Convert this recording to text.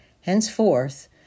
Henceforth